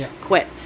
quit